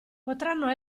potranno